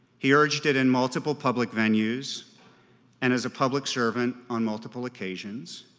he urged it in multiple public venues and as a public servant on multiple occasions.